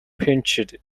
pinched